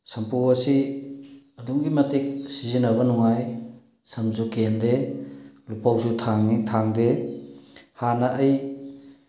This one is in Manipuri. ꯁꯝꯄꯨ ꯑꯁꯤ ꯑꯗꯨꯝꯒꯤ ꯃꯇꯤꯛ ꯁꯤꯖꯤꯟꯅꯕ ꯅꯨꯡꯉꯥꯏ ꯁꯝꯁꯨ ꯀꯦꯟꯗꯦ ꯂꯨꯄꯧꯁꯨ ꯊꯥꯡꯉꯤ ꯊꯥꯡꯗꯦ ꯍꯥꯟꯅ ꯑꯩ